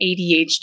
adhd